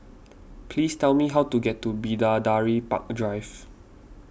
please tell me how to get to Bidadari Park Drive